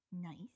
Nice